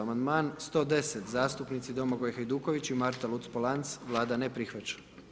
Amandman 110, zastupnici Domagoj Hajduković i Marta Luc-Polanc, Vlada ne prihvaća.